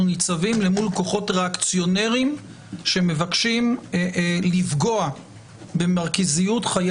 ניצבים למול כוחות ריאקציונרים שמבקשים לפגוע במרכזיות חיי